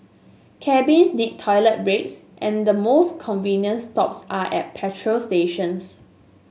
cabbies need toilet breaks and the most convenient stops are at petrol stations